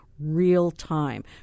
real-time